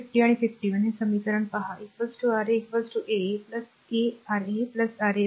तर 49 50 आणि 51 हे समीकरण पहा Ra a a a R a R a 1 by a